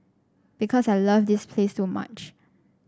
because I love this place so much